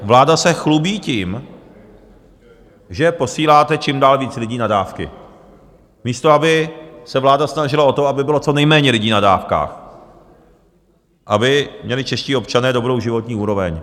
Vláda se chlubí tím, že posíláte čím dál víc lidí na dávky, místo aby se vláda snažila o to, aby bylo co nejméně lidí na dávkách, aby měli čeští občané dobrou životní úroveň.